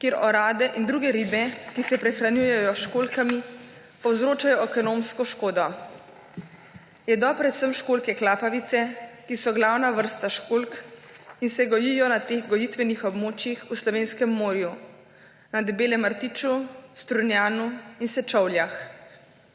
kjer orade in druge ribe, ki se prehranjujejo s školjkami, povzročajo ekonomsko škodo. Jedo predvsem školjke klapavice, ki so glavna vrsta školjk in se gojijo na teh gojitvenih območjih v slovenskem morju na Debelem rtiču, Strunjanu in Sečovljah.